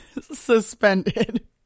suspended